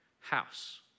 house